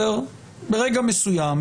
ברגע מסוים,